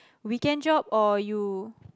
weekend job or you